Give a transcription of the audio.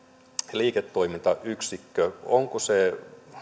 liiketoimintayksikkö